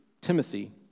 Timothy